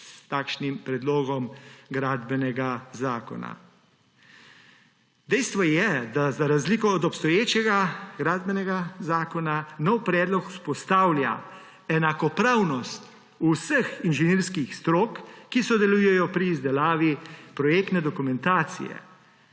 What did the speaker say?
s takšnim predlogom gradbenega zakona. Dejstvo je, da za razliko od obstoječega Gradbenega zakona novi predlog vzpostavlja enakopravnost vseh inženirskih strok, ki sodelujejo pri izdelavi projektne dokumentacije,